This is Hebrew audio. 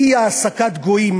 אי-העסקת גויים.